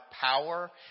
power